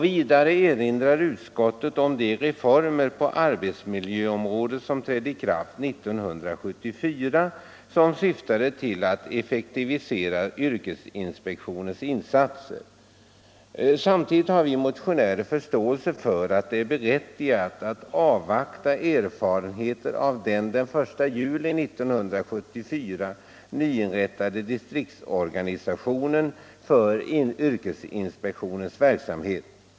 Vidare erinrar utskottet om de reformer på arbetsmiljöområdet som trädde i kraft 1974 och som syftade till att effektivisera yrkesinspektionens insatser. Samtidigt har vi motionärer förståelse för att det är berättigat att avvakta erfarenheter av den 1 juli 1974 nyinrättade distriktsorganisationen för yrkesinspektionens verksamhet.